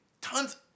tons